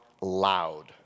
loud